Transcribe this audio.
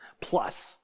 plus